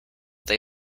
they